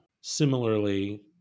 Similarly